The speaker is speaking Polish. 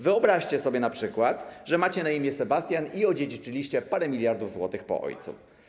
Wyobraźcie sobie np., że macie na imię Sebastian i odziedziczyliście parę miliardów złotych po ojcu.